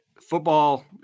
football